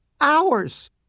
hours